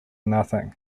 nothing